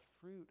fruit